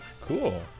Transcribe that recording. cool